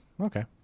Okay